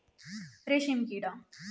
रेशीमकिडा